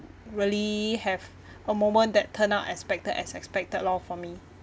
really have a moment that turn out expected as expected lor for me